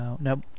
Nope